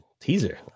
teaser